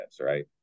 Right